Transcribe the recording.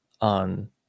on